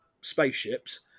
spaceships